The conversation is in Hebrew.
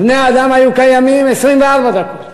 אז בני-האדם היו קיימים 24 דקות,